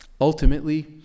Ultimately